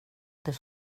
det